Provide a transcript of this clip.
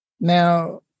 Now